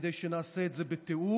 כדי שנעשה את זה בתיאום